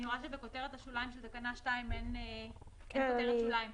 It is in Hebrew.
אני רואה שבתקנה 2 אין כותרת שוליים.